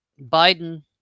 biden